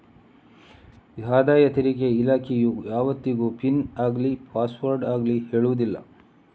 ಆದಾಯ ತೆರಿಗೆ ಇಲಾಖೆಯು ಯಾವತ್ತಿಗೂ ಪಿನ್ ಆಗ್ಲಿ ಪಾಸ್ವರ್ಡ್ ಆಗ್ಲಿ ಕೇಳುದಿಲ್ಲ